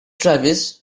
travis